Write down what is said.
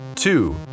Two